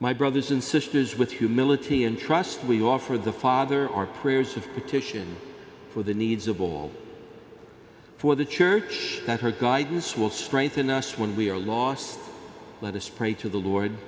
my brothers and sisters with humility and trust we offer the father our prayers of petition for the needs of all for the church that her guidance will strengthen us when we are lost let us pray to the lord